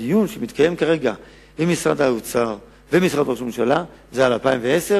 הדיון שמתקיים כרגע בין משרד ראש הממשלה ומשרד האוצר הוא על